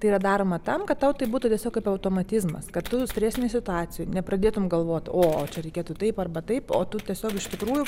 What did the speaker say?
tai yra daroma tam kad tau tai būtų tiesiog kaip automatizmas kad tu stresinėj situacijoj nepradėtum galvot o čia reikėtų taip arba taip o tu tiesiog iš tikrųjų